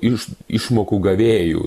iš išmokų gavėjų